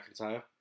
McIntyre